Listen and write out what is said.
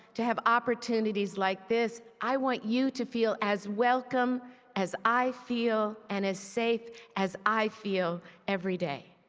to have opportunities like this. i want you to feel as welcome as i feel, and as safe as i feel every day.